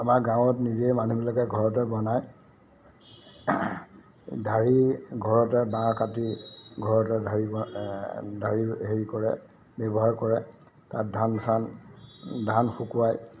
আমাৰ গাঁৱত নিজে মানুহবিলাকে ঘৰতে বনায় ঢাৰি ঘৰতে বাঁহ কাটি ঘৰতে ঢাৰি ঢাৰি হেৰি কৰে ব্যৱহাৰ কৰে তাত ধান চান ধান শুকুৱায়